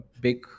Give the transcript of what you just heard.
big